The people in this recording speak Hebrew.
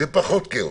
זה פחות כאוס,